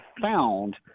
found